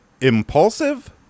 impulsive